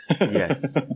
yes